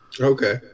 Okay